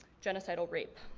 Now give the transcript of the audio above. genocidal rape.